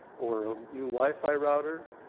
or a new wi-fi router,